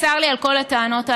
צר לי על כל הטענות הללו,